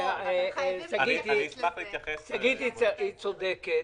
היא צודקת.